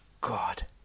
God